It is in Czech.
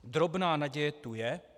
Drobná naděje tu je.